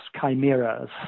chimeras